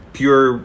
pure